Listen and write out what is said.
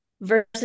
versus